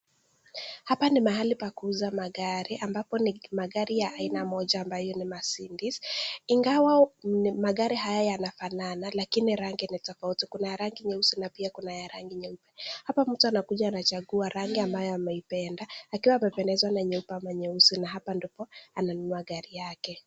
Hapa ni mahali pakuuza magari, ambapo ni magari ya aina moja ambayo ni Mercedes , ingawa magari haya yanafanana lakini rangi ni tofauti kuna rangi nyeusi na pia kuna ya rangi nyeupe. Hapa mtu anakuja anachangua rangi ambayo ameipenda, akiwa amependezwa na nyeupe ama nyeusi hapa ndipo ananunua gari yake.